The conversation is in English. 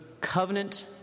covenant